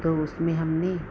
तो उसमें हमने